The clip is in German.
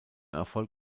erfolg